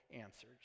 answers